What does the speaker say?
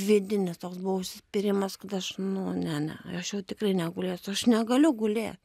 vidinis toks buvo užsispyrimas kad aš nu ne ne aš jau tikrai negulėsiu aš negaliu gulėt